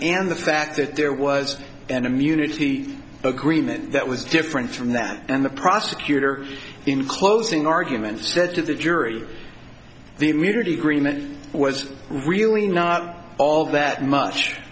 and the fact that there was an immunity agreement that was different from that and the prosecutor in closing arguments said to the jury the immunity agreement was really not all that much